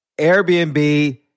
Airbnb